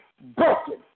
broken